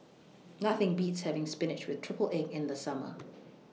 Nothing Beats having Spinach with Triple Egg in The Summer